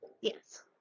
Yes